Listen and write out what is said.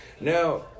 Now